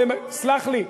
סלח לי,